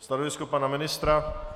Stanovisko pana ministra?